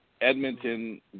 Edmonton